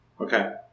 Okay